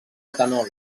etanol